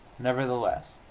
nevertheless,